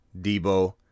Debo